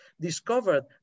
discovered